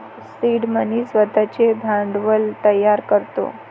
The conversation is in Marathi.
सीड मनी स्वतःचे भांडवल तयार करतो